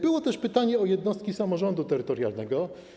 Było też pytanie o jednostki samorządu terytorialnego.